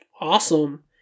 awesome